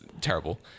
terrible